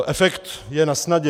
Efekt je nasnadě.